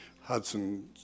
Hudson